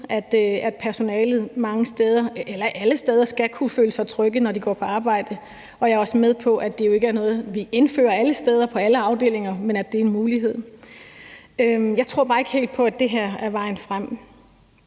at personalet alle steder skal kunne føle sig trygge, når de går på arbejde, og jeg er også med på, at det ikke er noget, vi indfører alle steder på alle afdelinger, men at det er en mulighed. Jeg tror bare ikke helt på, at det her er vejen frem,